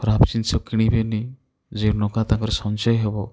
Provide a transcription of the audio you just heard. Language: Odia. ଖରାପ ଜିନିଷ କିଣିବେନି ଯେଉଁ ଟଙ୍କା ତାଙ୍କର ସଞ୍ଚୟ ହେବ